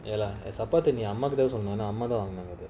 ya lah as அம்மாக்குதான்செஞ்சேன்எனஅம்மாதான்:ammakuthan senjen yena ammathan